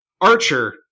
Archer